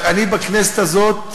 אני בכנסת הזאת,